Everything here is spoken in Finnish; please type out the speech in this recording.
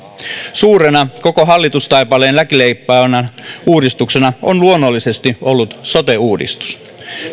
suurena koko hallitustaipaleen läpileikkaavana uudistuksena on luonnollisesti ollut sote uudistus